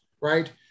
right